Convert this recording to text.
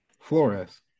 Flores